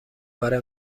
برای